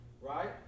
right